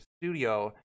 studio